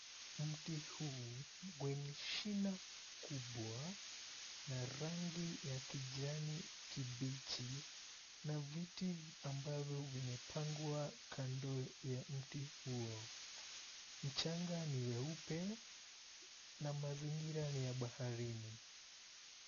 Mti huu wenye shina kubwa wa rangi ya kijani kibichi na viti ambavyo vimepangwa kando ya mti huo. Mchanga ni mweupe na mazingira ni ya baharini.